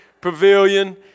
Pavilion